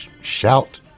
Shout